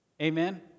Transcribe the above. Amen